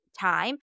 time